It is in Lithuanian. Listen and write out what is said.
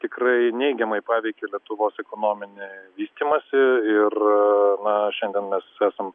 tikrai neigiamai paveikė lietuvos ekonominį vystymąsi ir na šiandien mes esam